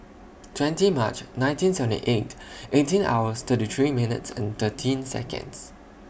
twenty March nineteen seventy eight eighteen hours thirty three minutes and thirteen Seconds